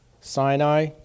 Sinai